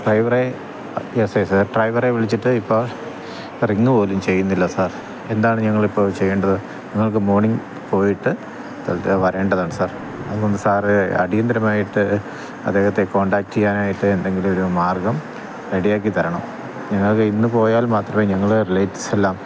ഡ്രൈവറെ S I sir ഡ്രൈവറെ വിളിച്ചിട്ട് ഇപ്പോൾ റിങ്ങ് പോലും ചെയ്യുന്നില്ല സാര് എന്താണ് ഞങ്ങളിപ്പോള് ചെയ്യേണ്ടത് ഞങ്ങള്ക്ക് മോണിങ് പോയിട്ട് തല് വരേണ്ടതാണ് സാർ അതുകൊണ്ട് സാറ് അടിയന്തിരമായിട്ട് അദ്ദേഹത്തെ കോണ്ടാക്ററ് ചെയ്യാനായിട്ട് എന്തെങ്കിലുമൊരു മാര്ഗം റെഡിയാക്കിത്തരണം ഞങ്ങൾക്ക് ഇന്ന് പോയാല് മാത്രമേ ഞങ്ങളെ റിലേറ്റ്സ്സെല്ലാം